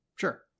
sure